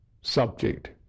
subject